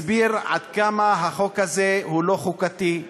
הסביר עד כמה החוק הזה הוא לא חוקתי.